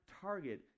target